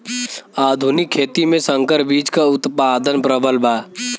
आधुनिक खेती में संकर बीज क उतपादन प्रबल बा